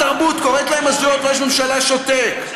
שרת התרבות קוראת להם "הזויים", וראש הממשלה שותק.